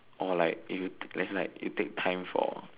or like if you as in like you take time for